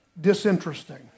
disinteresting